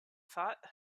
thought